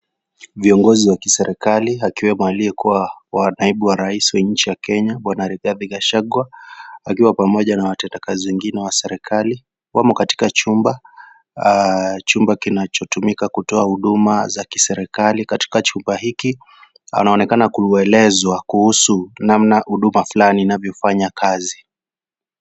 Viongozi wa kiserikari ikiwemo aliyekuwa naibu wa rais wa nchi ya Kenya bwana Rigathi Gachagua akiwa pamoja na watendakazi wengine wa serikali wamo katika chumba, chumba kinachotumika kutoa huduma za kiserikali katika chumba hiki anaonekana kuelezwa kuhusu namna huduma fulani inavyofanya kazi.